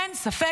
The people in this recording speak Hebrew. אין ספק,